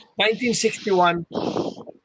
1961